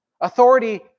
Authority